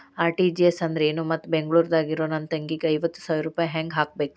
RTGS ಅಂದ್ರ ಏನು ಮತ್ತ ಬೆಂಗಳೂರದಾಗ್ ಇರೋ ನನ್ನ ತಂಗಿಗೆ ಐವತ್ತು ಸಾವಿರ ರೂಪಾಯಿ ಹೆಂಗ್ ಹಾಕಬೇಕು?